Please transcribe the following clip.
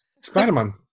Spider-Man